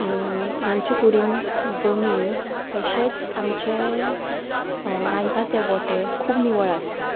रांदचे कुडींत जमीन तशेंच आमचे रांदतात ते वोटे खूब निवळ आसतात